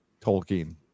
tolkien